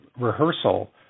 rehearsal